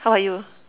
how about you